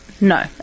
No